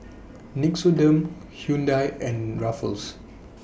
Nixoderm Hyundai and Ruffles